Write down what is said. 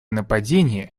нападения